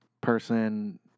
person